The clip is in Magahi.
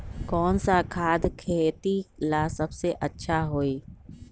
कौन सा खाद खेती ला सबसे अच्छा होई?